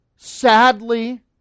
sadly